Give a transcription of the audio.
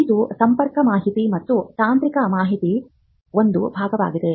ಇದು ಸಂಪರ್ಕ ಮಾಹಿತಿ ಮತ್ತು ತಾಂತ್ರಿಕ ಮಾಹಿತಿಯ ಒಂದು ಭಾಗವಾಗಿದೆ